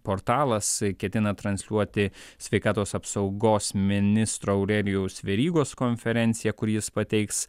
portalas ketina transliuoti sveikatos apsaugos ministro aurelijaus verygos konferenciją kur jis pateiks